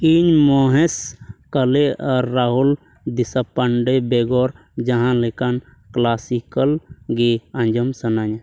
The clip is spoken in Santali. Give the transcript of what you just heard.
ᱤᱧ ᱢᱚᱦᱮᱥ ᱠᱟᱞᱮ ᱟᱨ ᱨᱟᱦᱩᱞ ᱫᱮᱥᱯᱟᱱᱰᱮ ᱵᱮᱜᱚᱨ ᱡᱟᱦᱟᱸ ᱞᱮᱠᱟᱱ ᱠᱞᱟᱥᱤᱠᱮᱞ ᱜᱮ ᱟᱸᱡᱚᱢ ᱥᱟᱹᱱᱟᱹᱧᱟ